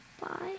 Bye